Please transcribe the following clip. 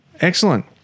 Excellent